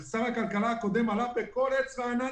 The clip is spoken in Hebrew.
שר הכלכלה הקודם הלך להתראיין תחת כל עץ רענן